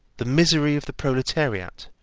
the misery of the proletariat,